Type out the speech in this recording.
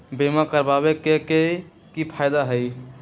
बीमा करबाबे के कि कि फायदा हई?